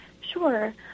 Sure